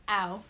ow